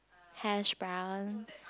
hash browns